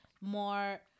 more